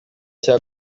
cyiza